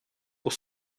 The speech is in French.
pour